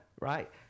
right